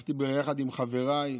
הלכתי ביחד עם חבריי,